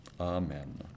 Amen